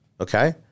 okay